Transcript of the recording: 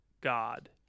god